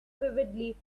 vividly